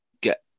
get